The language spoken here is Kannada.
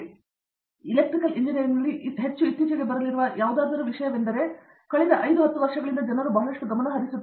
ಪ್ರತಾಪ್ ಹರಿಡೋಸ್ ಮತ್ತು ಆದ್ದರಿಂದ ಎಲೆಕ್ಟ್ರಿಕಲ್ ಎಂಜಿನಿಯರಿಂಗ್ನಲ್ಲಿ ಹೆಚ್ಚು ಇತ್ತೀಚೆಗೆ ಬರಲಿರುವ ಯಾವುದಾದರೂ ವಿಷಯವೆಂದರೆ ಕಳೆದ 5 10 ವರ್ಷಗಳು ಜನರು ಬಹಳಷ್ಟು ಗಮನಹರಿಸುತ್ತಾರೆ